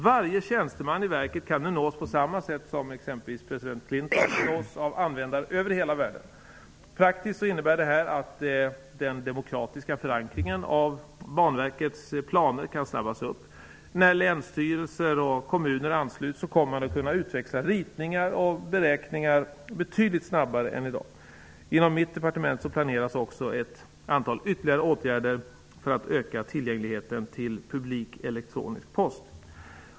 Varje tjänsteman vid verket kan nu nås på sammma sätt som exempelvis president Clinton nås av användare över hela världen. Praktiskt innebär detta att den demokratiska förankringen av Banverkets planer kan snabbas upp. När länsstyrelser och kommuner ansluts kommer man att kunna utväxla ritningar och beräkningar betydligt snabbare än i dag. Inom mitt departement planeras också ett antal ytterligare åtgärder för att öka tillgängligheten till publik elektronisk post.